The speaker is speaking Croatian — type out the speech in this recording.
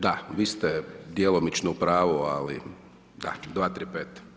Da, vi ste djelomično u pravu, ali da, 235.